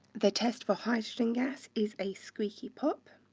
the test for hydrogen gas is a squeaky pop.